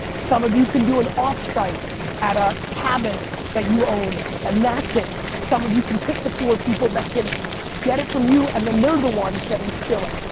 some of you can do an offsite at a cabin that you own and that's it. some of you can pick the four people that can get it from you and then they're the ones that instill it.